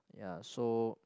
ya so